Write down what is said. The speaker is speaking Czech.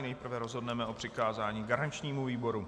Nejprve rozhodneme o přikázání garančnímu výboru.